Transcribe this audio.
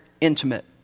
intimate